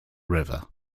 river